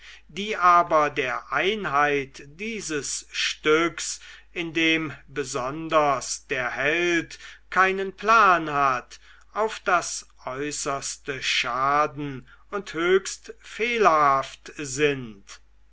die aber der einheit dieses stücks in dem besonders der held keinen plan hat auf das äußerste schaden und höchst fehlerhaft sind